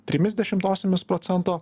trimis dešimtosiomis procento